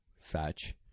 fetch